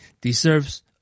deserves